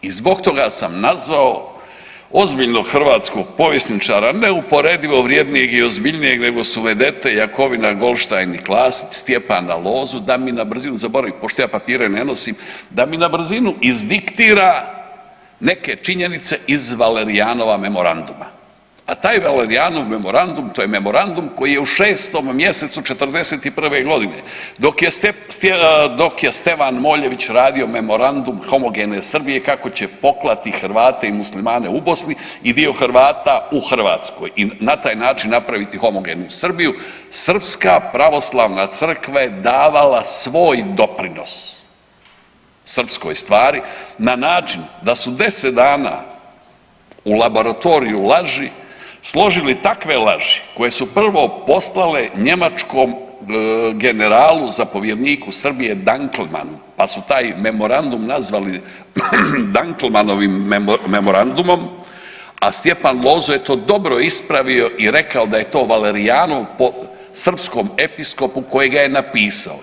I zbog toga sam nazvao ozbiljnog hrvatskog povjesničara neusporedivo vrjednijeg i ozbiljnije nego su ... Jakovina, Goldstein i Klasić, Stjepana Lozu, da mi, na brzinu, zaboravim, pošto ja papire ne nosim, da mi na brzinu izdiktira neke činjenice iz Valerijanova memoranduma, a taj Valerijanov memorandum, to je memorandum koji je u 6. mj. '41. g. dok je Stevan Moljević radio memorandum homogene Srbije kako će poklati Hrvate i muslimane u Bosni i dio Hrvata u Hrvatskoj i na taj način napraviti homogenu Srbiju, Srpska pravoslavna crkve davala svoj doprinos srpskoj stvari na način da su 10 dana u laboratoriju laži složili takve laži koje su prvo poslale njemačkom generalu, zapovjedniku Srbije Dankelmanu, pa su taj memorandum nazvali Dankelmanovim memoranduom, a Stjepan Lozo je to dobro ispravio i rekao da je to Valerijanov, po srpskom episkopu koji ga je napisao.